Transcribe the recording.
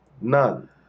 None